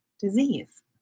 disease